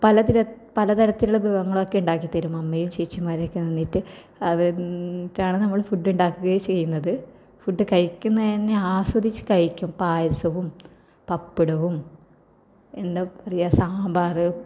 പലതര പലതരത്തിലുള്ള വിഭവങ്ങളൊക്കെ ഉണ്ടാക്കിത്തരും അമ്മയും ചേച്ചിമാരൊക്കെ നിന്നിട്ട് അത് എന്നിട്ടാണ് നമ്മൾ ഫുഡ് ഉണ്ടാക്കുകയാണ് ചെയ്യുന്നത് ഫുഡ് കഴിക്കുന്നത് തന്നെ ആസ്വദിച്ച് കഴിക്കും പായസവും പപ്പടവും എന്താണ് പറയുക സാമ്പാർ